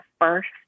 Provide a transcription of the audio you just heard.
first